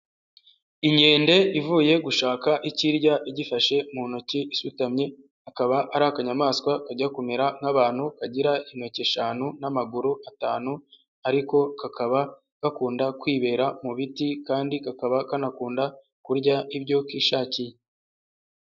Inkende ivuye gushaka icyo irya igifashe mu ntoki isutamye, akaba ari akanyamaswa kajya kumera nk'abantu kagira intoki eshanu n'amaguru atanu ariko kakaba gakunda kwibera mu biti kandi kakaba kanakunda kurya ibyo kishakiye.